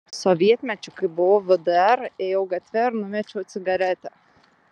sovietmečiu kai buvau vdr ėjau gatve ir numečiau cigaretę